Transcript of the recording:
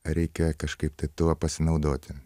reikia kažkaip tai tuo pasinaudoti